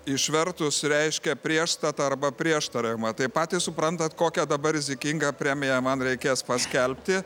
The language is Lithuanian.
išvertus reiškia priešstatą arba prieštaravimą tai patys suprantat kokią dabar rizikingą premiją man reikės paskelbti